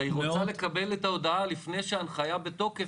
היא רוצה לקבל את ההודעה לפני שההנחיה בתוקף